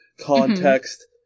context